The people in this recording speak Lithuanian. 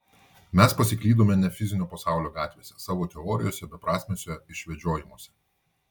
mes pasiklydome ne fizinio pasaulio gatvėse savo teorijose beprasmiuose išvedžiojimuose